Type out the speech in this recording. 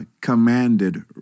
commanded